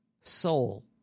soul